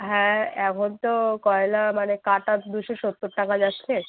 হ্যাঁ এখন তো কয়লা মানে কাটা দুশো সত্তর টাকা যাচ্ছে